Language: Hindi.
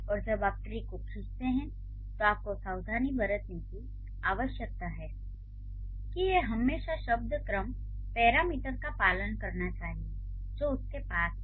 और जब आप ट्री को खींचते हैं तो आपको सावधानी बरतने की आवश्यकता है कि यह हमेशा शब्द क्रम पैरामीटर का पालन करना चाहिए जो उसके पास है